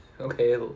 Okay